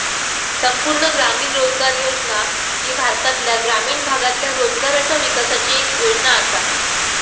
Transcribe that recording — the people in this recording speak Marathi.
संपूर्ण ग्रामीण रोजगार योजना ही भारतातल्या ग्रामीण भागातल्या रोजगाराच्या विकासाची येक योजना आसा